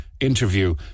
interview